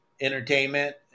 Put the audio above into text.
entertainment